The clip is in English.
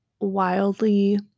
wildly